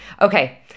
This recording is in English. Okay